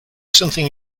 something